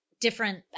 different